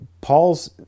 Paul's